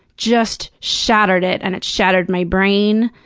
just shattered it, and it shattered my brain,